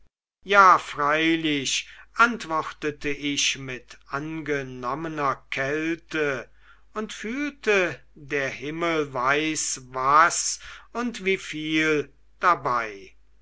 ja freilich antwortete ich mit angenommener kälte und fühlte der himmel weiß was und wieviel dabei